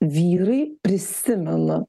vyrai prisimena